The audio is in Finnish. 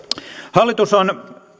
hallitus on